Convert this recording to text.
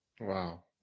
Wow